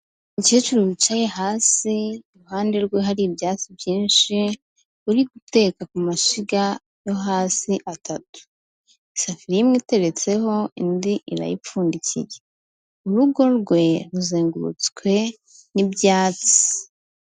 Umukecuru wicaye hasi iruhande rwe hari ibyatsi byinshi uri guteka ku mashyiga yo hasi atatu, isafuriya imwe iteretseho indi irayipfundikiye, urugo rwe ruzengurutswe n'ibyatsi.